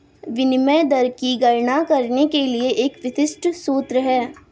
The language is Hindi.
विनिमय दर की गणना करने के लिए एक विशिष्ट सूत्र है